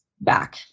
back